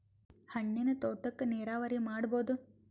ಹಣ್ಣಿನ್ ತೋಟಕ್ಕ ನೀರಾವರಿ ಮಾಡಬೋದ?